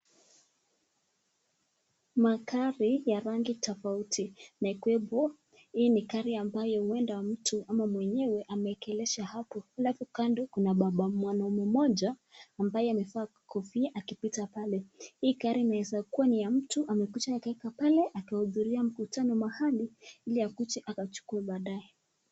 Magari ya rangi tofauti na ikiwepo hii ni gari ambayo mtu ama mwenyewe ameegesha hapo, halafu kando kuna mwanaume mmoja ambaye amevaa kofia akipita pale, hii inaweza kuwa ni ya mtu amekuja akaweka pale akahudhuria mkutano pahali ili akuje akachukue baadae.